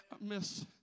miss